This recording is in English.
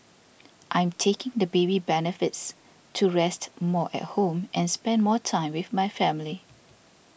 I'm taking the baby benefits to rest more at home and spend more time with my family